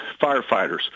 firefighters